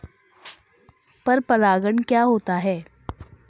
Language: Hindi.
पर परागण क्या होता है?